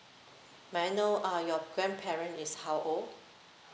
may I know uh your grandparent is how old